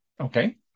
Okay